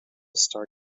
star